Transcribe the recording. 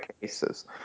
cases